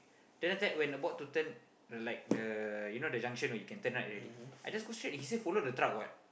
then after that when about to turn like the you know the junction you can turn right already I just go straight he say follow the truck what